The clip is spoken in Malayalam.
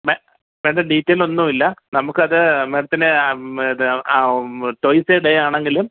മേ മേടം ഡീറ്റെയിൽ ഒന്നുമില്ല നമുക്കത് മേടത്തിന് ഇത് ടോയ്സ് എ ഡേ ആണെങ്കിലും